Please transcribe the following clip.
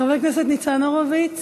חבר הכנסת ניצן הורוביץ,